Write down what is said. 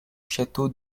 château